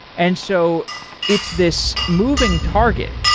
and so it's this moving target,